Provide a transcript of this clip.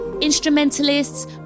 instrumentalists